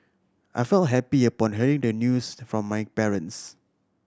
I feel happy upon hearing the news from my parents